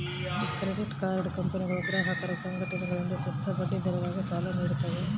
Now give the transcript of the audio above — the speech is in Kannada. ಕ್ರೆಡಿಟ್ ಕಾರ್ಡ್ ಕಂಪನಿಗಳು ಗ್ರಾಹಕರ ಸಂಘಟನೆಗಳಿಂದ ಸುಸ್ತಿ ಬಡ್ಡಿದರದಾಗ ಸಾಲ ನೀಡ್ತವ